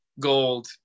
gold